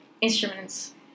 instruments